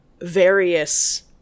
various